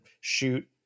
shoot